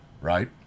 right